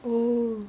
oh